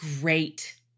great